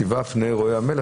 "שבעה רואי פני המלך".